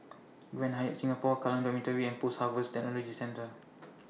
Grand Hyatt Singapore Kallang Dormitory and Post Harvest Technology Centre